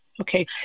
Okay